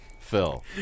Phil